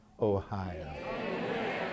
Ohio